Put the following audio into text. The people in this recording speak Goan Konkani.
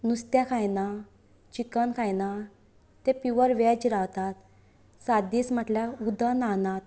नुस्तें खायना चिकन खायना ते पिवर वेज रावतात सात दीस म्हटल्यार उदक न्हांयनात